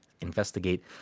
investigate